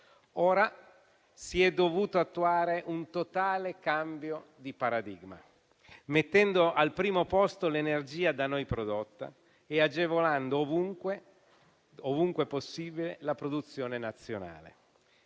Ora si è dovuto attuare un totale cambio di paradigma, mettendo al primo posto l'energia da noi prodotta e agevolando ovunque possibile la produzione nazionale.